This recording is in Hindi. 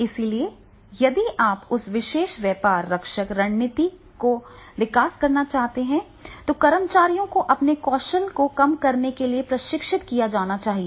इसलिए यदि आप उस विशेष व्यापार रक्षक रणनीति को विकसित करना चाहते हैं तो कर्मचारियों को अपने कौशल को कम करने के लिए प्रशिक्षित किया जाना चाहिए